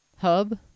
hub